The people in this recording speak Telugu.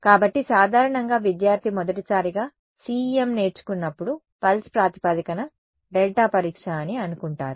కాబట్టి సాధారణంగా విద్యార్థి మొదటిసారిగా CEM నేర్చుకున్నప్పుడు పల్స్ ప్రాతిపదికన డెల్టా పరీక్ష అని అనుకుంటారు